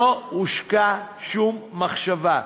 לא הושקעה שום מחשבה,